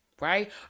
right